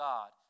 God